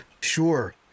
Sure